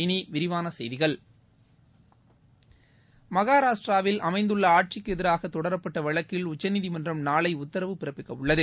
இனி விரிவான செய்திகள் மகாராஷ்ட்ராவில் அமைந்துள்ள ஆட்சிக்கு எதிராக தொடரப்பட்ட வழக்கில் உச்சநீதிமன்றம் நாளை உத்தரவு பிறப்பிக்கவுள்ளது